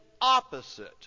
opposite